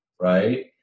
right